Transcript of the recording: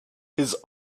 his